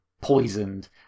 poisoned